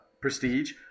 Prestige